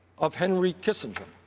of henry kissinger.